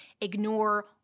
ignore